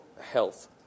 health